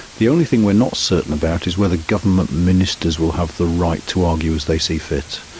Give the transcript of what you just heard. the only thing we are not certain about is whether government ministers will have the right to argue as they see fit.